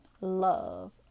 love